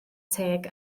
teg